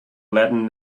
latin